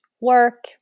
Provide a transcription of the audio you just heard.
work